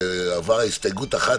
עברה הסתייגות אחת,